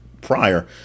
prior